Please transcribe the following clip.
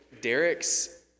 Derek's